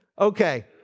Okay